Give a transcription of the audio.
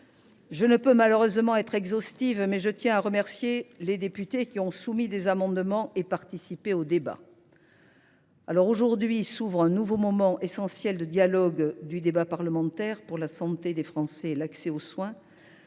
Je ne puis malheureusement être exhaustive, mais je tiens à remercier les députés qui ont soumis des amendements et participé au débat. Aujourd’hui s’ouvre un nouveau moment essentiel du dialogue parlementaire pour la santé des Français et l’accès aux soins.